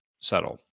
subtle